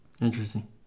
Interesting